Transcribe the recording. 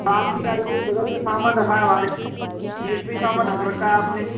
आपकी गाड़ी में ये बगल में सामान है हमारे गेट पे ही सामान रख रखा है आपने